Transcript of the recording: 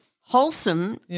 wholesome